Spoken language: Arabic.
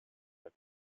إلى